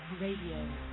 radio